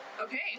Okay